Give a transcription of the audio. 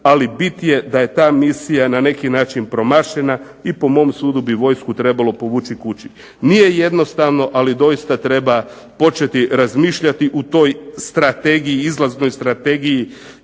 ali bit je da je ta misija na neki način promašena. I po mom sudu bi vojsku trebalo povući kući. Nije jednostavno, ali doista treba početi razmišljati o toj strategiji,